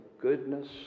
goodness